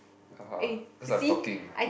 ha ha cause I am talking